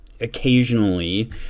occasionally